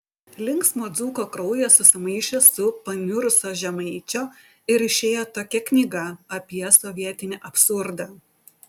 linksmo dzūko kraujas susimaišė su paniurusio žemaičio ir išėjo tokia knyga apie sovietinį absurdą